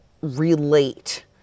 relate